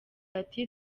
ati